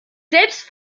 selbst